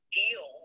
deal